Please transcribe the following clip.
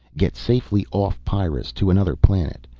get safely off pyrrus, to another planet,